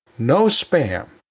no spam,